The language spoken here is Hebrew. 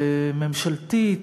ממשלתית,